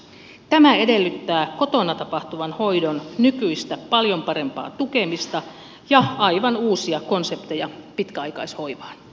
tämä edellyttää kotona tapahtuvan hoidon nykyistä paljon parempaa tukemista ja aivan uusia konsepteja pitkäaikaishoivaan